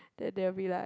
then they will be like